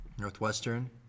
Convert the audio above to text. Northwestern